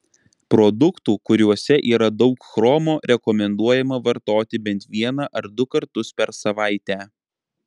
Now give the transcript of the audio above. produktų kuriuose yra daug chromo rekomenduojama vartoti bent vieną ar du kartus per savaitę